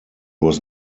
was